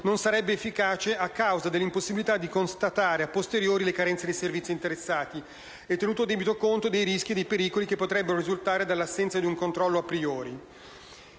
non sarebbe efficace, a causa dell'impossibilità di constatare a posteriori le carenze dei servizi interessati e tenuti in debito conto i rischi e i pericoli che potrebbero risultare dall'assenza di un controllo a priori.